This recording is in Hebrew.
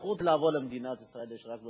הזקנות לעובדות הסיעודיות